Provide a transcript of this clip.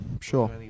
sure